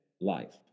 life